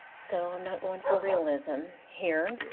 so i'm not going for realism here.